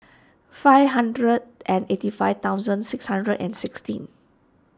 five hundred and eighty five thousand six hundred and sixteen